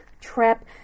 trap